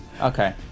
Okay